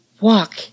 walk